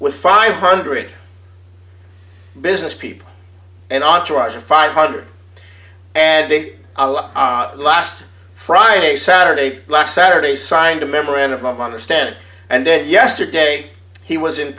with five hundred business people and entourage of five hundred ad big last friday saturday last saturday signed a memorandum of understanding and then yesterday he was in